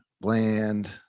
bland